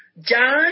John